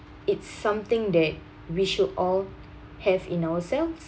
it's something that we should all have in ourselves